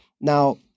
Now